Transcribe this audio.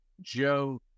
Joe